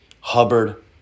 Hubbard